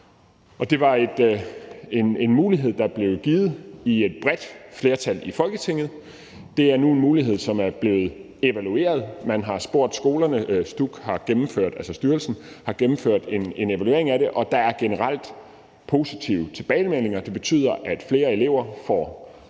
Det var en mulighed, der blev givet af et bredt flertal i Folketinget. Det er nu en mulighed, der er blevet evalueret. Man har spurgt skolerne. Styrelsen, altså STUK, har gennemført en evaluering af det, og der er generelt positive tilbagemeldinger. Det betyder, at flere elever får en